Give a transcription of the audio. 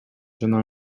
жана